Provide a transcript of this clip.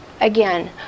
again